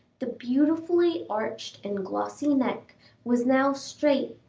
the beautifully arched and glossy neck was now straight,